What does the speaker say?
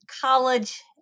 college